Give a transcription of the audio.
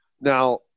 Now